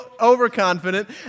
overconfident